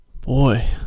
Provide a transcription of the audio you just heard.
Boy